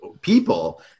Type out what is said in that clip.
people